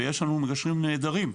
ויש לנו מגשרים נהדרים.